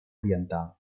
oriental